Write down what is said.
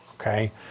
Okay